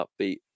upbeat